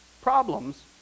problems